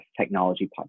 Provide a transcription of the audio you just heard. technology